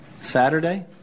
Saturday